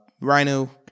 Rhino